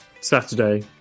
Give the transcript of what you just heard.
Saturday